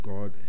God